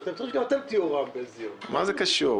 מה זה קשור?